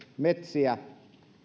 metsiä